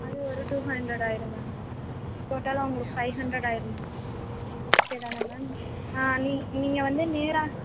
அது ஒரு two hundred ஆயிடும் மேம் டோட்டலாக உங்களுக்கு ஃபைவ் ஹண்ட்ரட் ஆயிடும் மேம் ஓகே தானே மேம் நீங்கள் நீங்கள் வந்து நேராக